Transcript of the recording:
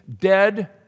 dead